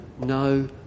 no